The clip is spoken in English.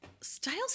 styles